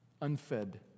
unfed